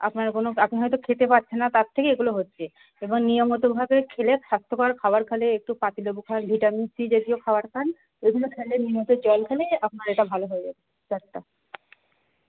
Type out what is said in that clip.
আপনার কোনো আপনি হয়তো খেতে পারছেন না তার থেকে এগুলো হচ্চে এবার নিয়ম মতোভাবে খেলে স্বাস্থ্যকর খাবার খেলে একটু পাতি লেবু খান ভিটামিন সি জাতীয় খাবার খান এগুলো খেলে নিয়মিত জল খেলে আপনার এটা ভালো হয়ে যাবে জ্বরটা